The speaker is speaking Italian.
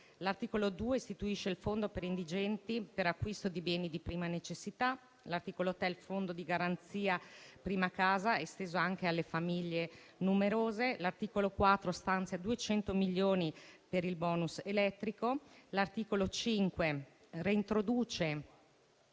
L'articolo 2 istituisce il fondo per indigenti per acquisto di beni di prima necessità. L'articolo 3 istituisce il fondo di garanzia per la prima casa, esteso anche alle famiglie numerose. L'articolo 4 stanzia 200 milioni per il bonus elettrico. L'articolo 5 reintroduce